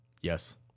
Yes